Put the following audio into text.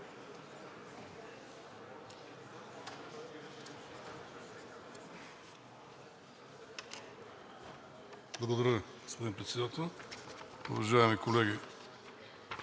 Благодаря, господин Председател. Уважаеми колеги,